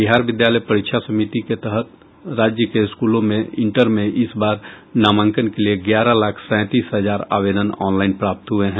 बिहार विद्यालय परीक्षा समिति के तहत राज्य के स्कूलों में इंटर में इस बार नामांकन के लिये ग्यारह लाख सैंतालीस हजार आवेदन ऑनलाइन प्राप्त हुये हैं